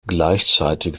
gleichzeitig